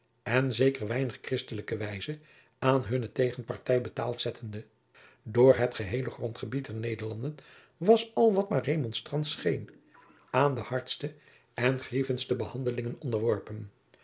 en zeker weinig christelijke wijze aan hunne tegenpartij betaald zetteden door het geheele grondgebied der nederlanden was al wat maar remonstrantsch scheen aan de hardste en grievendste behandelingen onderworpen